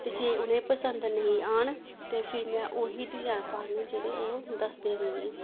ते जे उ'नेंगी पसंद नेईं आन ते फिर में ओह् ही डिजाइन पाने जेह्ड़े ओह् दस्सदे मिगी